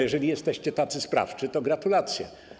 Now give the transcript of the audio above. Jeżeli jesteście tacy sprawczy, to gratulacje.